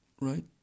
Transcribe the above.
right